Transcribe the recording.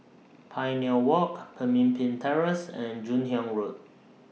Pioneer Walk Pemimpin Terrace and Joon Hiang Road